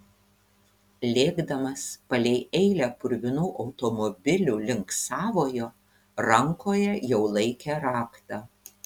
lėkdamas palei eilę purvinų automobilių link savojo rankoje jau laikė raktą